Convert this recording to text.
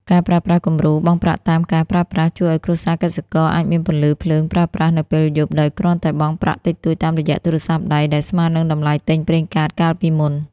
ការប្រើប្រាស់គំរូ "បង់ប្រាក់តាមការប្រើប្រាស់" ជួយឱ្យគ្រួសារកសិករអាចមានពន្លឺភ្លើងប្រើប្រាស់នៅពេលយប់ ដោយគ្រាន់តែបង់ប្រាក់តិចតួចតាមរយៈទូរស័ព្ទដៃ ដែលស្មើនឹងតម្លៃទិញប្រេងកាតកាលពីមុន។